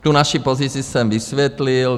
Tu naši pozici jsem vysvětlil.